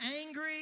angry